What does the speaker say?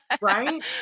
Right